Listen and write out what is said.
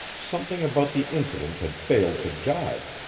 something about the incident had failed to jibe.